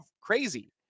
crazy